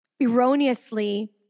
erroneously